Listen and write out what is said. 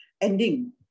ending